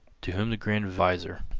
to whom the grand vizier,